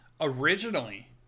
Originally